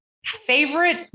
Favorite